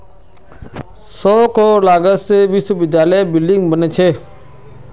सौ करोड़ लागत से विश्वविद्यालयत बिल्डिंग बने छे